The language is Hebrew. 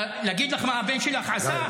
להגיד לך מה הבן שלך עשה?